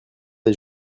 des